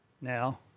now